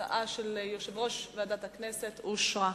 שההצעה של יושב-ראש ועדת הכנסת אושרה.